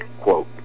Quote